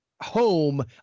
home